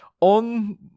on